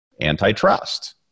antitrust